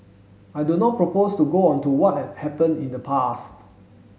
i do not propose to go onto what had happened in the past